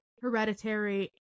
Hereditary